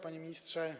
Panie Ministrze!